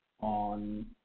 on